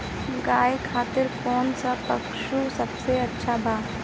गाय खातिर कउन सा पशु आहार सबसे अच्छा बा?